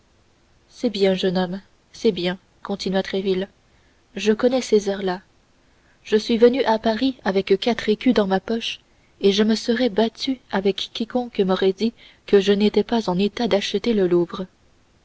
c'est bien jeune homme c'est bien continua tréville je connais ces airs là je suis venu à paris avec quatre écus dans ma poche et je me serais battu avec quiconque m'aurait dit que je n'étais pas en état d'acheter le louvre